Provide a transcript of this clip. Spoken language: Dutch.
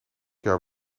jaar